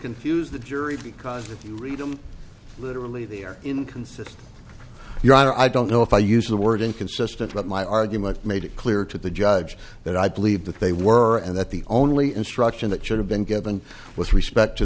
confuse the jury because if you read them literally they are in consider your honor i don't know if i used the word inconsistent but my argument made it clear to the judge that i believe that they were and that the only instruction that should have been given with respect to